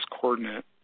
coordinate